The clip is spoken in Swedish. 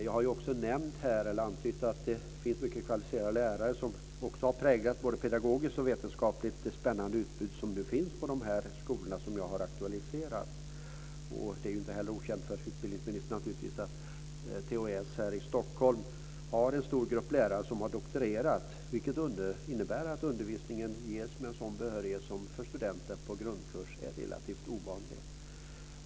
Jag har antytt att det finns mycket kvalificerade lärare som också har präglat både pedagogiskt och vetenskapligt det spännande utbud som finns på de skolor jag har aktualiserat. Det är inte heller okänt för utbildningsministern att THS i Stockholm har en stor grupp lärare som har doktorerat, vilket innebär att undervisningen ges med en sådan behörighet som är relativt ovanlig för studenter på grundkursen.